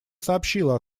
сообщила